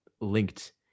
linked